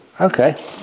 okay